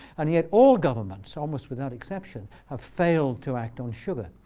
and yet all governments, almost without exception, have failed to act on sugar.